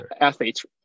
athletes